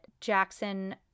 Jackson –